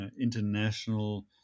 international